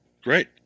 great